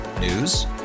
News